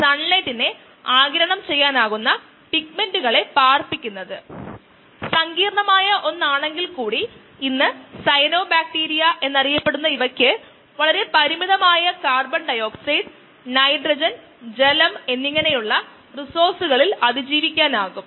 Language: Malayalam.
സമ്പൂർണ്ണതയ്ക്കായി നമ്മൾ ഈ പ്രഭാഷണത്തിൽ തന്നെ കുറച്ചുകൂടി കാര്യങ്ങൾ ചെയ്യും എന്നാൽ ബാച്ച് ബയോ റിയാക്ടർ വിശകലനത്തിൽ കുറച്ച് പരിശീലനം നേടുന്നതിന് ഈ പ്രഭാഷണത്തിന്റെ അവസാനത്തിൽ നമ്മൾ ഇത് പ്രവർത്തിപ്പിക്കാൻ ഞാൻ ആഗ്രഹിക്കുന്നു